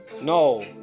No